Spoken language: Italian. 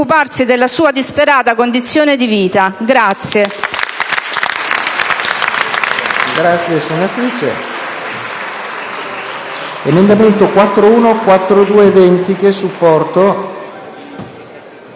della sua disperata condizione di vita. *(Vivi